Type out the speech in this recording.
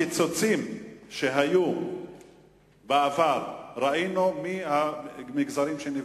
בקיצוצים שהיו בעבר ראינו מי המגזרים שנפגעו.